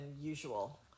usual